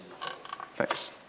Thanks